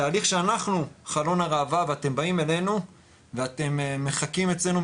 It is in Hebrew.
תהליך שאנחנו חלון הראווה ואתם באים אלינו ואתם מחכים אצלנו,